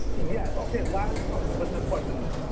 yes. okay last part with this question then,